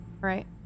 Right